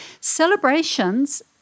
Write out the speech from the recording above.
celebrations